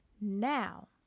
Now